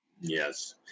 Yes